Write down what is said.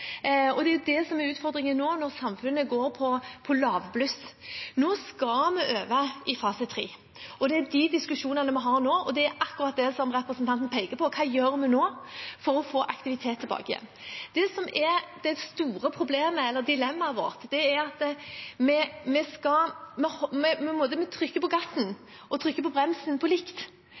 det som er utfordringen nå når samfunnet går på lavbluss. Nå skal vi over i fase tre. Det er de diskusjonene vi har nå, og det er akkurat det representanten peker på: Hva gjør vi nå for å få aktiviteten tilbake igjen? Det som er det store dilemmaet vårt, er at vi må trykke på gassen og bremsen samtidig, for vi er fortsatt i en situasjon der vi ikke kan ha full aktivitet i næringslivet vårt. Det er fortsatt begrensninger. Vi